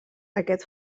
aquest